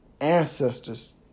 ancestors